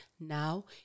now